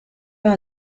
pas